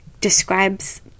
describes